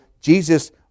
Jesus